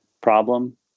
problem